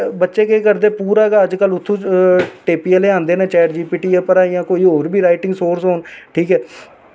ते वेनर तू दमेल कोला अग्गे लाई लेआं उनें केह् कीता कि मुडे़ ने वेनर लाए ते बैनर लाई ओड़े सिद्धे लाइये गड्डी अग्गै खड़ोई गेआ मेरे होटल दे बाहर